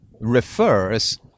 refers